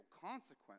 consequence